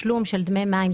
המים.